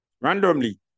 Randomly